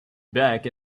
back